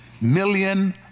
million